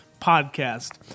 podcast